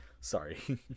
Sorry